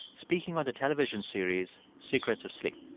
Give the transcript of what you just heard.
speaking on the television series secrets of sleep.